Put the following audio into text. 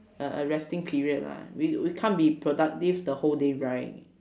a a resting period lah we we can't be productive the whole day right